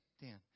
Dan